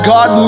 God